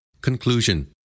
Conclusion